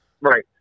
Right